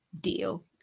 deal